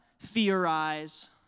theorize